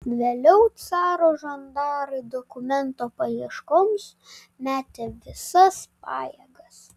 vėliau caro žandarai dokumento paieškoms metė visas pajėgas